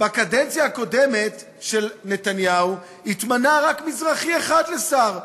בקדנציה הקודמת של נתניהו התמנה רק מזרחי אחד לשר,